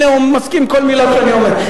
הנה, הוא מסכים עם כל מלה שאני אומר.